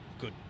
good